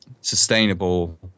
sustainable